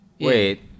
Wait